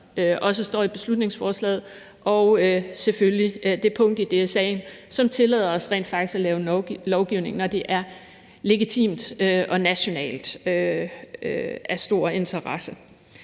også står i beslutningsforslaget, og selvfølgelig det punkt i DSA, som rent faktisk tillader os at lave lovgivning, når det er legitimt og af national stor interesse.